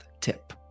tip